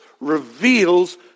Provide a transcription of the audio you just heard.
reveals